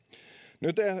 nyt